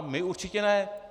My určitě ne!